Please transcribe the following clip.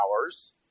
hours